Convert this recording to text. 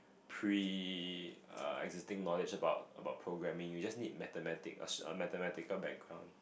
pre uh existing knowledge about about programming you just need mathematic uh a mathematical background